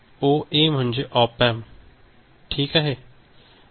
ओए म्हणजे ऑप अँप ठीक आहे